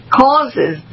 causes